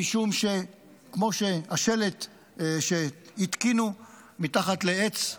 משום שכמו השלט שהתקינו מתחת לעץ עתיק,